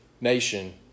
nation